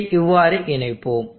இதை இவ்வாறு இணைப்போம்